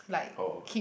oh